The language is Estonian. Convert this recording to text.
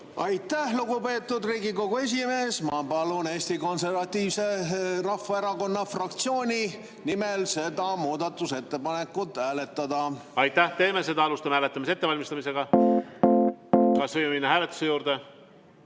Aitäh, lugupeetud Riigikogu esimees! Ma palun Eesti Konservatiivse Rahvaerakonna fraktsiooni nimel seda muudatusettepanekut hääletada. Aitäh! Teeme seda. Alustame hääletamise ettevalmistamist. Kas võime minna hääletuse juurde?